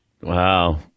Wow